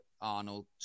Arnold